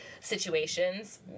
situations